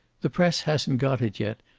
the press, hasn't got it yet,